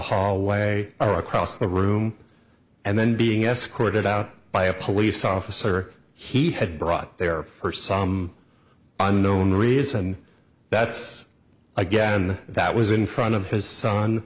hallway or across the room and then being escorted out by a police officer he had brought there for some unknown reason that's again that was in front of his son